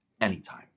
Anytime